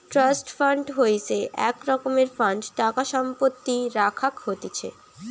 trust fund হইসে এক রকমের ফান্ড টাকা সম্পত্তি রাখাক হতিছে